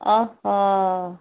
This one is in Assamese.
অহ হ